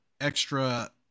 extra